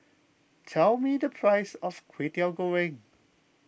tell me the price of Kway Teow Goreng